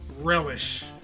Relish